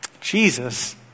Jesus